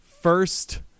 first